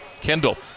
Kendall